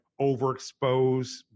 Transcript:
overexpose